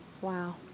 Wow